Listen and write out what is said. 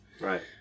Right